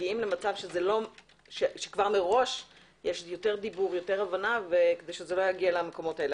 מגיעים למצב שמראש יש יותר דיבור ויותר הבנה כדי שזה לא יגיע לזה.